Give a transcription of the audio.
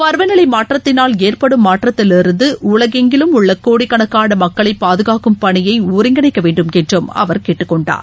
பருவநிலைமாற்றத்தினால் ஏற்படும் மாற்றத்திலிருந்துடலகெங்கிலும் உள்ளகோடிகணக்காளமக்களைபாதுகாக்கும் பணியைஒருங்கிணைக்கவேண்டும் என்றும் அவர் கேட்டுக்கொண்டார்